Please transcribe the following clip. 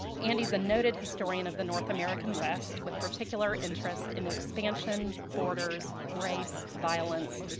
and he's a noted historian of the north american west with particular interest in expansion, borders, race, violence,